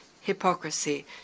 hypocrisy